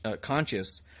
conscious